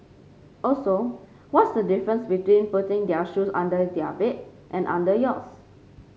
also what's the difference between putting their shoes under their bed and under yours